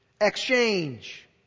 exchange